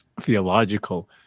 theological